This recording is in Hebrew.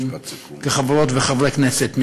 כחברות וחברי הכנסת,